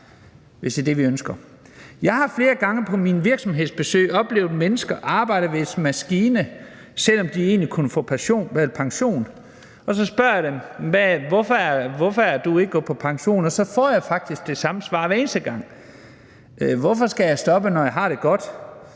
hvis det er det, vi ønsker. Jeg har flere gange på mine virksomhedsbesøg oplevet mennesker, der arbejdede ved en maskine, selv om de egentlig kunne gå på pension, og når jeg så har spurgt dem, hvorfor de ikke er gået på pension, har jeg faktisk fået det samme svar hver eneste gang: Hvorfor skal jeg stoppe, når jeg har det godt?